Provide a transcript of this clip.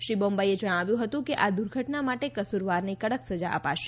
શ્રી બોમ્માઇએ જણાવ્યુ હતુ કે આ દુધર્ટના માટે કસૂરવારને કડક સજા અપાશે